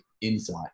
Insight